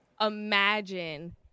imagine